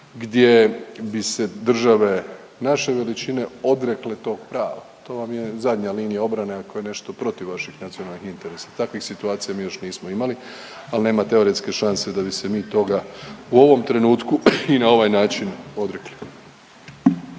gdje bi se države naše veličine odrekle tog prava. To vam je zadnja linija obrane ako je nešto protiv vaših nacionalnih interesa. Takvih situacija mi još nismo imali, ali nema teoretske šanse da bi se mi toga u ovom trenutku i na ovaj način odrekli.